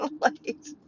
late